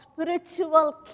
spiritual